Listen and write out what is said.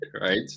right